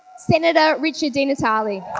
senator richard di natale. i